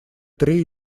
три